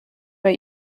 bei